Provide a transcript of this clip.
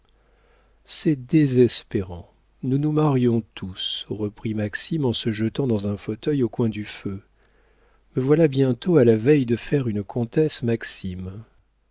désespérant nous nous marions tous reprit maxime en se jetant dans un fauteuil au coin du feu me voilà bientôt à la veille de faire une comtesse maxime